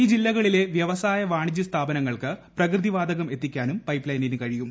ഈ ജില്ലകളിലെ വ്യവസായ വാണിജ്യ സ്ഥാപനങ്ങൾക്ക് പ്രകൃതിവാതകം എത്തിക്കാനും പൈപ്പ്ലൈനിന് കഴിയും